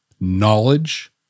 knowledge